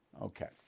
Okay